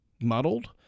muddled